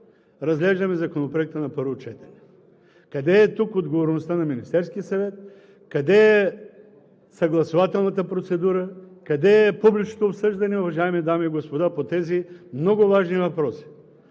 разглеждаме Законопроекта на първо четене. Къде е тук отговорността на Министерския съвет, къде е съгласувателната процедура, къде е публичното обсъждане, уважаеми дами и господа, по тези много важни въпроси?